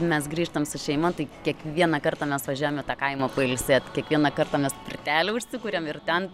mes grįžtam su šeima tai kiekvieną kartą mes važiuojam į tą kaimą pailsėt kiekvieną kartą mes pirtelę užsikuriam ir ten